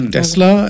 Tesla